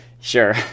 Sure